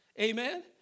Amen